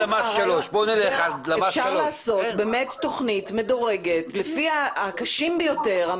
אפשר לעשות תוכנית מדורגת לפי המצב הקשה ביותר.